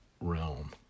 realm